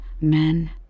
men